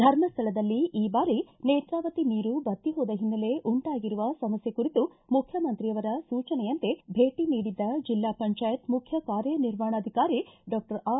ಧರ್ಮಸ್ಥಳದಲ್ಲಿ ಈ ಬಾರಿ ನೇತ್ರಾವತಿ ನೀರು ಬತ್ತಿ ಹೋದ ಹಿನ್ನೆಲೆ ಉಂಟಾಗಿರುವ ಸಮಸ್ಥೆ ಕುರಿತು ಮುಖ್ಚಮಂತ್ರಿಯವರ ಸೂಚನೆಯಂತೆ ಭೇಟಿ ನೀಡಿದ್ದ ಜಿಲ್ಲಾ ಪಂಚಾಯತ್ ಮುಖ್ಚ ಕಾರ್ಯ ನಿರ್ವಹಣಾಧಿಕಾರಿ ಡಾಕ್ಟರ್ ಆರ್